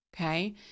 okay